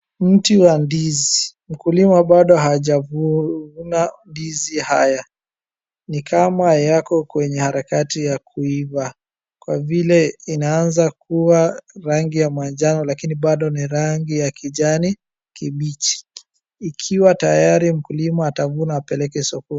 Mti wa ndizi. Mkulima bado hajavuna ndizi haya. Ni kama yako kwenye harakati ya kuiva kwa vile inaanza kuwa rangi ya manjano lakini bado ni rangi ya kijani kibichi. Ikiwa tayari mkulima atavuna apeleke sokoni.